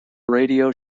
radio